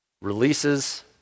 releases